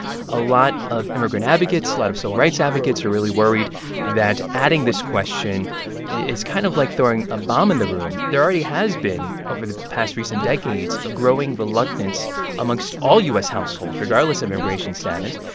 a lot of immigrant advocates, a lot of civil so rights advocates are really worried that adding this question is kind of like throwing a bomb in the room. there already has been, over the past recent decades, a growing reluctance amongst all u s. households, regardless of immigration status,